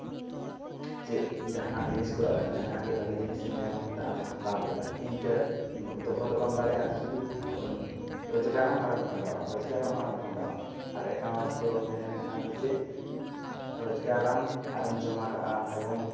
ᱪᱮᱫ ᱡᱟᱦᱟᱱᱟᱜ ᱡᱤᱱᱤᱥ ᱠᱚ ᱡᱟᱦᱟᱱᱟᱜ ᱜᱮ ᱵᱷᱟᱜᱮ ᱡᱤᱱᱤᱥᱮᱢ ᱧᱮᱞ ᱧᱟᱢ ᱠᱮᱫᱟ ᱟᱫᱚᱢ ᱦᱟᱛᱟᱣ ᱠᱮᱫᱟ ᱤᱱᱠᱟᱹ ᱫᱚᱦᱚ ᱫᱚᱵᱟᱢ ᱫᱟᱲᱮᱭᱟᱜᱼᱟ ᱥᱩᱫᱩ ᱨᱳᱡᱽᱜᱟᱨᱟᱢ ᱟᱨᱮᱢ ᱵᱷᱟᱸᱜᱟᱣᱟ ᱨᱳᱡᱳᱜᱟᱨᱟᱢ ᱟᱨᱮᱢ ᱵᱷᱟᱸᱜᱟᱣᱟ ᱟᱨ ᱮᱠᱟᱣᱩᱱᱴ ᱫᱚ ᱛᱟᱦᱮᱞᱮᱱᱠᱷᱟᱱ ᱫᱚ ᱪᱮᱫ ᱨᱳᱡᱜᱟᱨᱟᱢ ᱟᱨᱮᱢ ᱡᱚᱢᱟ ᱠᱟᱜᱼᱟ ᱮᱵᱚᱝ